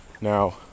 Now